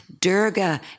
Durga